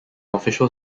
official